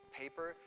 paper